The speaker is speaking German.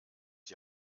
die